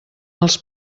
els